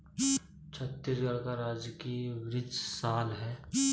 छत्तीसगढ़ का राजकीय वृक्ष साल है